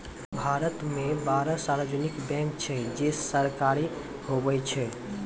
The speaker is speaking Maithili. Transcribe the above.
भारत मे बारह सार्वजानिक बैंक छै जे सरकारी हुवै छै